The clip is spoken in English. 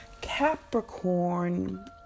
Capricorn